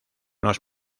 los